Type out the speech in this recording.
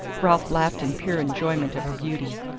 ralph laughed in pure enjoyment of her beauty.